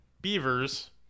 beavers